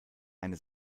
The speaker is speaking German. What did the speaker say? eine